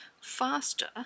faster